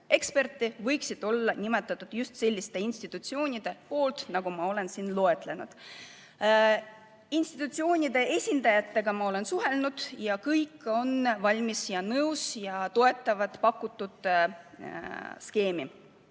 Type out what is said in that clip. eksperti võiksidki olla nimetatud just selliste institutsioonide poolt, nagu ma olen siin loetlenud. Institutsioonide esindajatega olen ma suhelnud, kõik on valmis ja nõus ning toetavad pakutud skeemi.